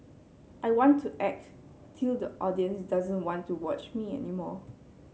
I want to act till the audience doesn't want to watch me any more